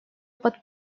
под